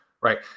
right